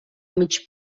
mig